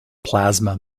plasma